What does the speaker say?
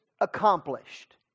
accomplished